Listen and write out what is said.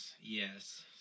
yes